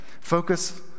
focus